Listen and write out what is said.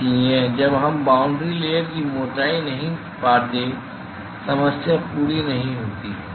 इसलिए जब तक हम बाॅन्ड्री लेयर की मोटाई नहीं पाते समस्या पूरी नहीं होती है